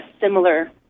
similar